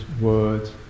words